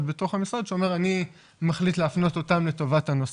בתוך המשרד שאומר: אני מחליט להפנות אותם לטובת הנושא.